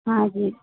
ہاں جی